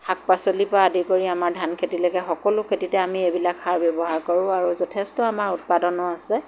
শাক পাচলি পৰা আদি কৰি আমাৰ ধান খেতিলৈকে সকলো খেতিতে আমি এইবিলাক সাৰ ব্যৱহাৰ কৰোঁ আৰু যথেষ্ট আমাৰ উৎপাদনো আছে